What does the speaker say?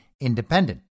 independent